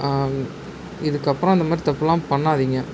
இதுக்கப்றம் அந்த மாதிரி தப்பெலாம் பண்ணாதிங்கள்